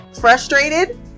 frustrated